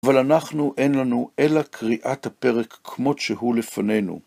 אבל אנחנו אין לנו אלא קריאת הפרק כמות שהוא לפנינו.